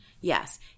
yes